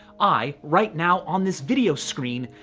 i, right now on this video screen,